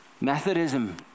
Methodism